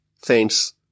Thanks